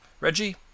Reggie